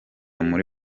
muri